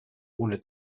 ohne